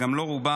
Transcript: וגם לא רובם,